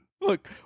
look